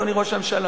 אדוני ראש הממשלה.